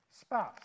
spouse